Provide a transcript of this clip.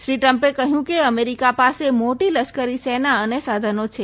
શ્રી ટ્રમ્પે કહ્યું કે અમેરિકા પાસે મોટી લશ્કરી સેના અને સાધનો છે